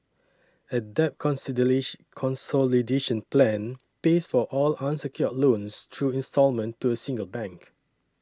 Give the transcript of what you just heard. a debt consolidation plan pays for all unsecured loans through instalment to a single bank